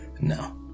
No